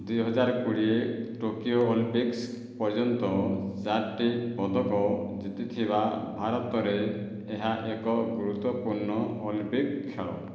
ଦୁଇହଜାର କୋଡ଼ିଏ Tokyo Olympics ପର୍ଯ୍ୟନ୍ତ ଚାରିଟି ପଦକ ଜିତିଥିବା ଭାରତରେ ଏହା ଏକ ଗୁରୁତ୍ୱପୂର୍ଣ୍ଣ ଅଲିମ୍ପିକ୍ ଖେଳ